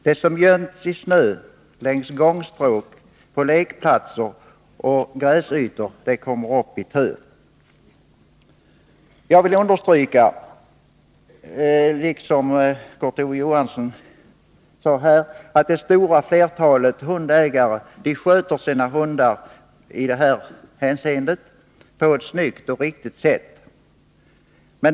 Det som gömts i snö längs gångstråk, på lekplatser och på gräsytor kommer upp i tö. Jag vill liksom Kurt Ove Johansson understryka att det stora flertalet hundägare sköter sina hundar i här aktuellt avseende på ett snyggt och riktigt sätt.